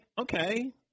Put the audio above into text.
okay